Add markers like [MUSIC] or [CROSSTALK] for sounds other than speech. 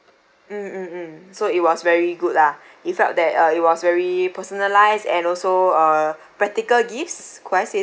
mm mm mm so it was very good lah [BREATH] you felt that uh it was very personalised and also uh [BREATH] practical gifts quest is it